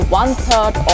one-third